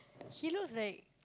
he looks like